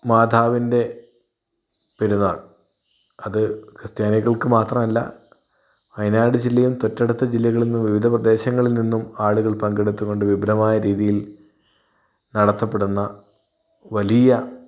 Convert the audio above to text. മാതാവിന്റെ പെരുന്നാൾ അത് ക്രിസ്ത്യാനികൾക്ക് മാത്രമല്ല വയനാട് ജില്ലയും തൊട്ടടുത്ത ജില്ലകളിൽ നിന്നും വിവിധ പ്രദേശങ്ങളിൽ നിന്നും ആളുകൾ പങ്കെടുത്തുകൊണ്ട് വിപുലമായ രീതിയിൽ നടത്തപ്പെടുന്ന വലിയ